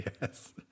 Yes